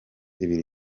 ibiri